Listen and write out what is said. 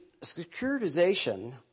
securitization